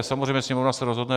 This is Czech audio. Samozřejmě Sněmovna se rozhodne.